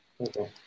Okay